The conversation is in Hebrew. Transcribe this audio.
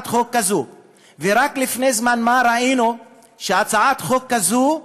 רק לפני זמן מה ראינו שהצעת חוק כזאת,